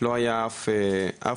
לא היה אף מקום,